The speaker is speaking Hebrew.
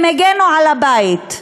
הם הגנו על הבית.